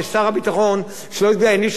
שהענישו אותו ב-100 מיליון שקל.